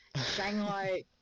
Shanghai